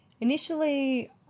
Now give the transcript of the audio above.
Initially